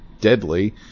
deadly